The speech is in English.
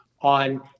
on